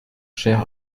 chère